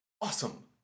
Awesome